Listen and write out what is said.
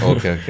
Okay